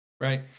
right